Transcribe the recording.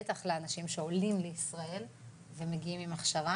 בטח לאנשים שעולים לישראל ומגיעים עם הכשרה,